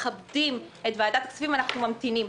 שאנחנו מכבדים את ועדת הכספים אנחנו ממתינים.